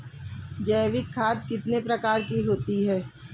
जैविक खाद कितने प्रकार की होती हैं?